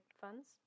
funds